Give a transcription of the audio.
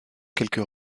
quelques